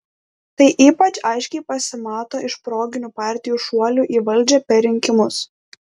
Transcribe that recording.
tai ypač aiškiai pasimato iš proginių partijų šuolių į valdžią per rinkimus